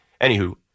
anywho